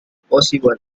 possible